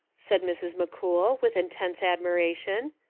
said mrs. mccool, with intense admiration.